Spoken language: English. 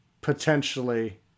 potentially